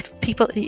people